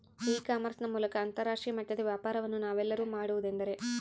E commerce ನ ಮೂಲಕ ಅಂತರಾಷ್ಟ್ರೇಯ ಮಟ್ಟದ ವ್ಯಾಪಾರವನ್ನು ನಾವೆಲ್ಲರೂ ಮಾಡುವುದೆಂದರೆ?